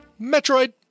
Metroid